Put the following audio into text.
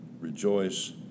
rejoice